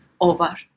over